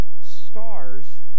stars